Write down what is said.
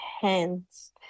hands